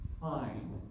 fine